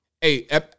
Hey